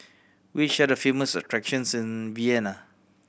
which are the famous attraction Vienna